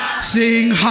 Sing